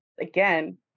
again